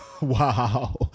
Wow